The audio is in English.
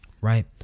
right